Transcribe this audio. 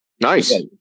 Nice